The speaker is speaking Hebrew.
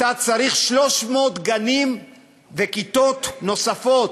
אתה צריך 300 גנים וכיתות נוספות.